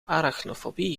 arachnofobie